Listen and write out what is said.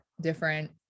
different